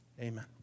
Amen